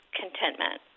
contentment